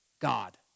God